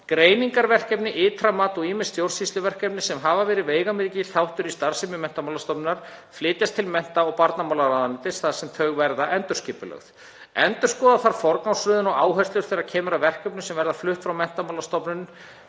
Greiningarverkefni, ytra mat og ýmis stjórnsýsluverkefni, sem hafa verið veigamikil þáttur í starfsemi Menntamálastofnunar, flytjast til mennta- og barnamálaráðuneytisins þar sem þau verða endurskipulögð. Endurskoða þarf forgangsröðun og áherslur þegar kemur að verkefnum sem verða flutt frá Menntamálastofnun